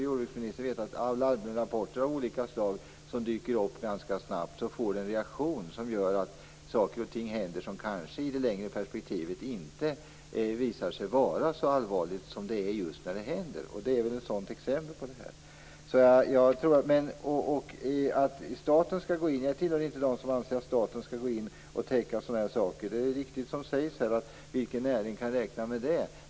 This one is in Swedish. Jordbruksministern borde veta att larmrapporter av olika slag som dyker upp ganska snabbt får en reaktion som gör att saker och ting händer som i det längre perspektivet kanske visar sig inte vara så allvarliga som just när det händer. Det här är just ett exempel på det. Jag hör inte till dem som anser att staten skall gå in och täcka sådana här saker. Det är riktigt som sägs: Vilken näring kan räkna med det?